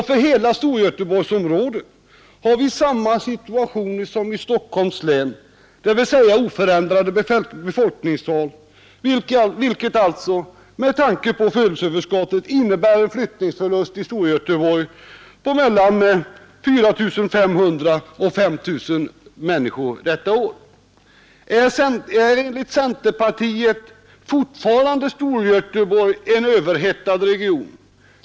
För hela Storgöteborgsområdet har vi samma situation som i Stockholms län, dvs. oförändrade befolkningstal, vilket alltså med tanke på födelseöverskottet innebär en flyttningsförlust på mellan 4 500 och 5 000 människor detta år. Är Storgöteborg enligt centerpartiet fortfarande en överhettad region?